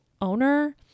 owner